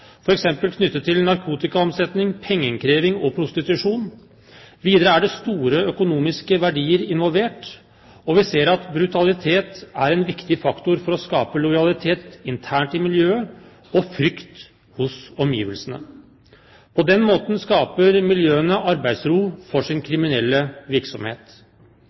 f.eks. knyttet til narkotikaomsetning, pengeinnkreving og prostitusjon. Videre er det store økonomiske verdier involvert, og vi ser at brutalitet er en viktig faktor for å skape lojalitet internt i miljøet, og frykt hos omgivelsene. På den måten skaper miljøene arbeidsro for sin kriminelle virksomhet.